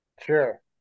Sure